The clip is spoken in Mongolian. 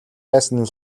байсан